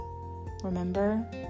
Remember